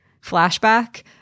flashback